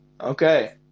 Okay